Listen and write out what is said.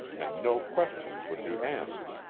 and no questions would be asked.